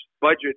budget